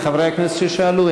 לחברי הכנסת ששאלו.